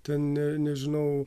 tai ne nežinau